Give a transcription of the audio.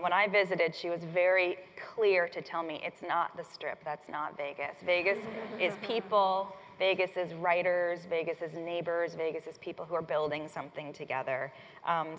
when i visited, she was very clear to tell me, it's not the strip. that's not vegas. vegas is people. vegas is writers. vegas is neighbors, vegas is people who are building something together.